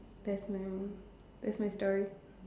that's my move that's my story